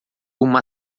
uma